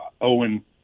Owen